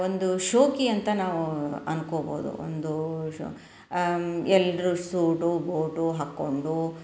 ಒಂದು ಶೋಕಿ ಅಂತ ನಾವು ಅನ್ಕೋಬೋದು ಒಂದು ಎಲ್ಲರೂ ಸೂಟು ಬೂಟು ಹಾಕಿಕೊಂಡು